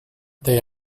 they